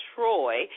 Troy